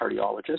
cardiologist